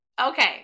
Okay